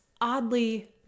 oddly